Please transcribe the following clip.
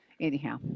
Anyhow